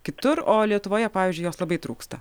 kitur o lietuvoje pavyzdžiui jos labai trūksta